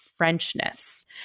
Frenchness